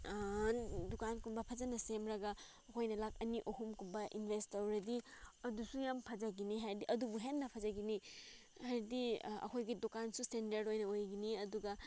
ꯗꯨꯀꯥꯟꯒꯨꯝꯕ ꯐꯖꯅ ꯁꯦꯝꯂꯒ ꯑꯩꯈꯣꯏꯅ ꯂꯥꯈ ꯑꯅꯤ ꯑꯍꯨꯝꯒꯨꯝꯕ ꯏꯟꯚꯦꯁ ꯇꯧꯔꯗꯤ ꯑꯗꯨꯁꯨ ꯌꯥꯝ ꯐꯖꯒꯅꯤ ꯍꯥꯏꯔꯗꯤ ꯑꯗꯨꯕꯨ ꯍꯦꯟꯅ ꯐꯖꯒꯅꯤ ꯍꯥꯏꯔꯗꯤ ꯑꯩꯈꯣꯏꯒꯤ ꯗꯨꯀꯥꯟꯁꯨ ꯏꯁꯇꯦꯟꯗꯔꯠ ꯑꯣꯏꯅ ꯑꯣꯏꯒꯅꯤ ꯑꯗꯨꯒ